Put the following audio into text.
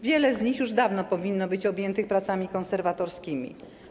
Wiele z nim już dawno powinno być objętych pracami konserwatorskimi.